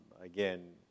Again